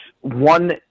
one